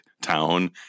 town